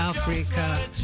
Africa